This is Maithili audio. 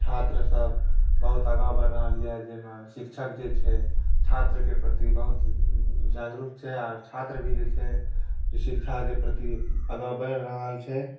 छात्रसभ बहुत आगाँ बढ़ि रहल यए जाहिमे शिक्षक जे छै छात्रके प्रति बहुत जागरुक छै आर छात्र भी छै जे शिक्षाके प्रति आगाँ बढ़ि रहल छै